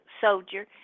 soldier